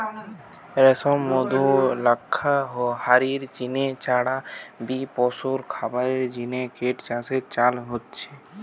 রেশম, মধু, লাক্ষা হারির জিনে ছাড়া বি পশুর খাবারের জিনে কিট চাষের চল আছে